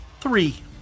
Three